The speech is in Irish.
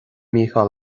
mícheál